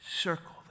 Circle